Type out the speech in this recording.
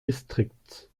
distrikts